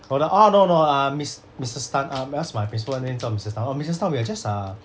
we're like oh no no uh miss missus tan uh that's my principal name 叫 missus tan oh missus tan we're just ah